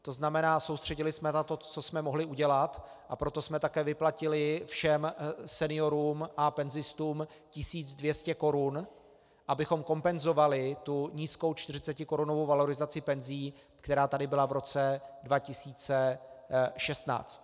To znamená, soustředili jsme se na to, co jsme mohli udělat, a proto jsme také vyplatili všem seniorům a penzistům 1 200 korun, abychom kompenzovali tu nízkou 40korunovou valorizaci penzí, která tady byla v roce 2016.